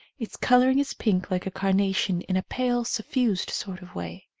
its colouring is pink like a carnation in a pale, suffused sort of way.